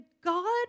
God